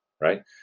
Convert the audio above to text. Right